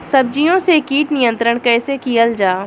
सब्जियों से कीट नियंत्रण कइसे कियल जा?